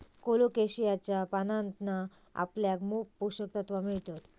कोलोकेशियाच्या पानांतना आपल्याक मोप पोषक तत्त्वा मिळतत